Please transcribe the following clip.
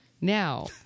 Now